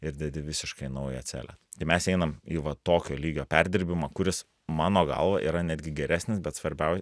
ir dedi visiškai naują celę tai mes einam į va tokio lygio perdirbimą kuris mano galva yra netgi geresnis bet svarbiau